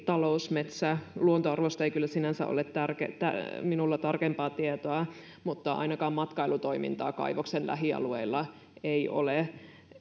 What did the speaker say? talousmetsä luontoarvoista ei kyllä sinänsä ole minulla tarkempaa tietoa mutta ainakaan matkailutoimintaa kaivoksen lähialueilla ei ole